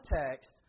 context